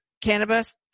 cannabis